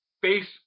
face